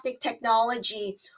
technology